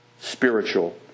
spiritual